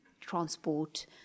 transport